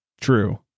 true